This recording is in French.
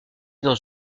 dans